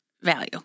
value